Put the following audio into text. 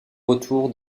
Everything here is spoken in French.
retour